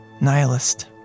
nihilist